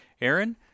Aaron